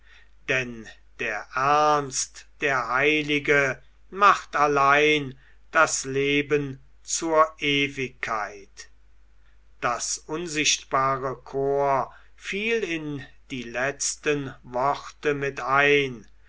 denn der ernst der heilige macht allein das leben zur ewigkeit das unsichtbare chor fiel in die letzten worte mit ein